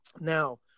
now